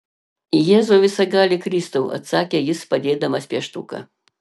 jėzau visagali kristau atsakė jis padėdamas pieštuką